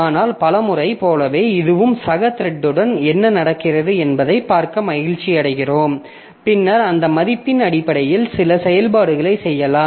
ஆனால் பல முறை போலவே இதுவும் சக த்ரெட்டுடன் என்ன நடக்கிறது என்பதைப் பார்க்க மகிழ்ச்சியடைகிறோம் பின்னர் அந்த மதிப்பின் அடிப்படையில் சில செயல்பாடுகளைச் செய்யலாம்